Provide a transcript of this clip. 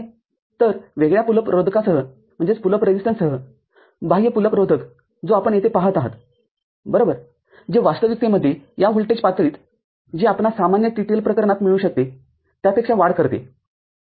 तर वेगळ्या pull up रोधकासह बाह्य पूल अप रोधक जो आपण येथे पाहत आहात बरोबरजे वास्तविकतेमध्ये या व्होल्टेज पातळीत जी आपणास सामान्य TTL प्रकरणात मिळू शकते त्यापेक्षा वाढ करते ठीक आहे